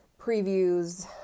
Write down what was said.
previews